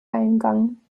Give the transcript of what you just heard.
eingang